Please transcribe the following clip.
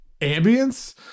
ambience